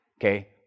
okay